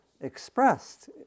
expressed